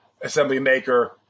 Assemblymaker